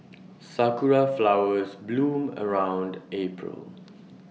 Sakura Flowers bloom around April